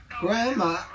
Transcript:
Grandma